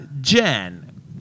Jen